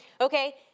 Okay